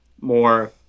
more